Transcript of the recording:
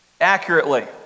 accurately